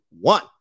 one